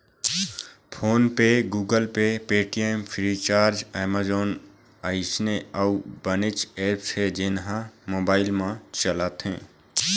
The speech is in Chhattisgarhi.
फोन पे, Google Pay, Paytm, Freecharge, Amazon अइसन अउ बनेच ऐप्स हे जेन ह मोबाईल म चलथे